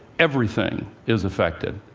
everything is affected.